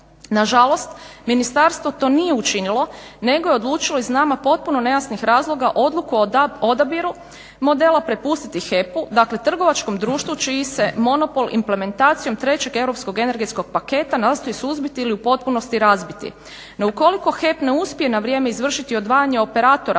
Nažalost, ministarstvo to nije učinilo nego je odlučilo iz nama potpuno nejasnih razloga odluku o odabiru modela prepustiti HEP-u dakle trgovačkom društvu čiji se monopol implementacijom 3. Europskog energetskog paketa nastoji suzbiti ili u potpunosti razbiti. No ukoliko HEP ne uspije na vrijeme izvršiti odvajanje operatora